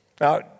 Now